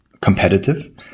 competitive